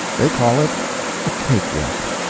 they call it a cake-walk.